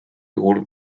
juhul